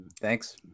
Thanks